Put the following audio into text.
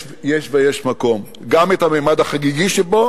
יש ויש מקום, גם את הממד החגיגי שבו